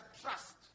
trust